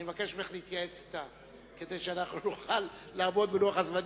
אני מבקש ממך להתייעץ אתה כדי שנוכל לעמוד בלוח הזמנים.